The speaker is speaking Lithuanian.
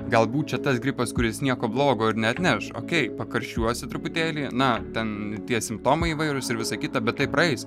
galbūt čia tas gripas kuris nieko blogo ir neatneš okei pakraščiuosi truputėlį na ten tie simptomai įvairūs ir visa kita bet tai praeis